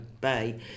Bay